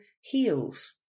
heals